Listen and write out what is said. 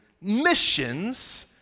missions